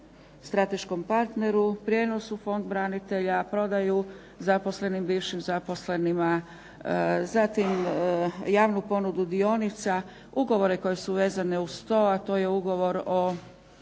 strateškom partneru, prijenos u Fond branitelja, prodaju zaposlenim bivšim zaposlenima, zatim javnu ponudu dionica, ugovore koji su vezani uz to, a to je Ugovor o